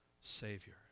Savior